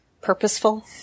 purposeful